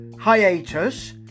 hiatus